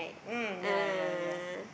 mm ya ya ya